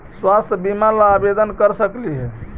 स्वास्थ्य बीमा ला आवेदन कर सकली हे?